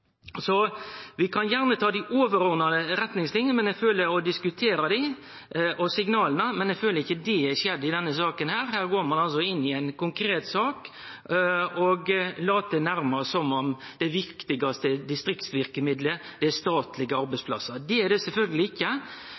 Vi kan gjerne ta dei overordna retningslinene og signala og diskutere dei, men eg føler ikkje at det har skjedd i denne saka. Her går ein inn i ei konkret sak og lèt nærmast som om det viktigaste distriktsverkemiddelet er statlege arbeidsplassar. Det er det